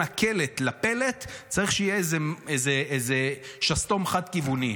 הקלט לפלט צריך שיהיה איזה שסתום חד-כיווני.